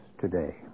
today